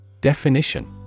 Definition